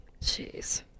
Jeez